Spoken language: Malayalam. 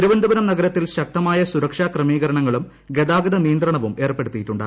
തിരുവനന്തപുരം നഗരത്തിൽ ശക്തമായ സുരക്ഷാ ക്രമീകരണങ്ങളും ഗതാഗത നിയന്ത്രണവും ഏർപ്പെടുത്തിയിട്ടുണ്ട്